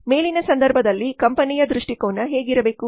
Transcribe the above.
ಮೇಲಿನ ಸಂದರ್ಭದಲ್ಲಿ ಕಂಪನಿಯ ದೃಷ್ಟಿಕೋನ ಹೇಗಿರಬೇಕು